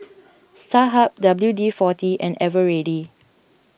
Starhub W D forty and Eveready